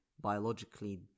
biologically